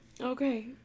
Okay